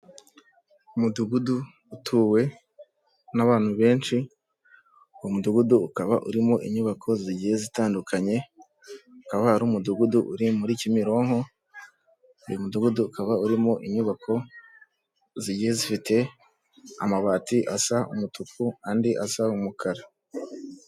Umudugudu utuwe n'abantu benshi, uwo mudugudu ukaba urimo inyubako zigiye zitandukanye, akaba ari umudugudu uri muri Kimironko, uyu mudugudu ukaba urimo inyubako zigiye zifite amabati asa umutuku andi asa umukara.